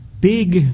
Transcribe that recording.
big